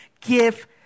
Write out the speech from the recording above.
give